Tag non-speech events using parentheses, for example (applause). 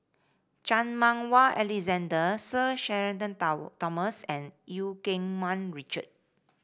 Chan Meng Wah Alexander Sir Shenton (unintelligible) Thomas and Eu Keng Mun Richard